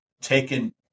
taken